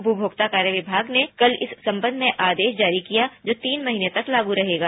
उपमोक्ता कार्य विमाग ने कल इस संबंध में आदेश जारी किया जो तीन महीने तक लागू रहेगा